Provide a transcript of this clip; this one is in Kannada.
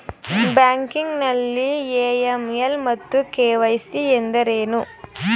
ಬ್ಯಾಂಕಿಂಗ್ ನಲ್ಲಿ ಎ.ಎಂ.ಎಲ್ ಮತ್ತು ಕೆ.ವೈ.ಸಿ ಎಂದರೇನು?